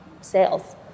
sales